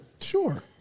Sure